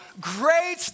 great